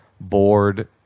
bored